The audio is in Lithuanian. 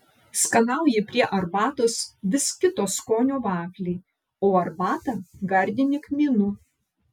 skanauji prie arbatos vis kito skonio vaflį o arbatą gardini kmynu